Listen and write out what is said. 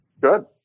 Good